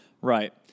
Right